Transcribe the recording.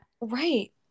Right